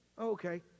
Okay